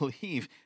believe